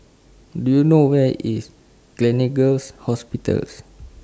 Do YOU know Where IS Gleneagles Hospitals